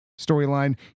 storyline